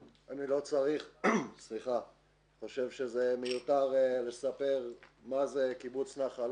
אני חושב שזה מיותר לספר מה זה קיבוץ נחל